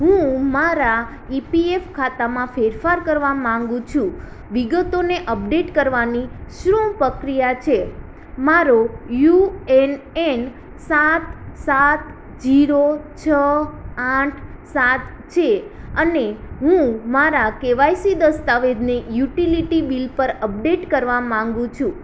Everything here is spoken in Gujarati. હું મારા ઇપીએફ ખાતામાં ફેરફાર કરવા માંગુ છું વિગતોને અપડેટ કરવાની શું પ્રક્રિયા છે મારો યુએનએન સાત સાત ઝીરો છ આઠ સાત છે અને હું મારા કેવાયસી દસ્તાવેજને યુટિલિટી બિલ પર અપડેટ કરવા માંગુ છું